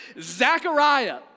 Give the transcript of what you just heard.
Zechariah